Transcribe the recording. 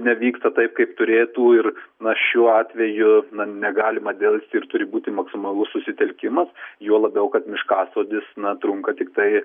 nevyksta taip kaip turėtų ir na šiuo atveju na negalima delsti ir turi būti maksimalus susitelkimas juo labiau kad miškasodis na trunka tiktai